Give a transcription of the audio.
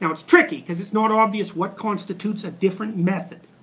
and it's tricky because it's not obvious what constitutes a different method.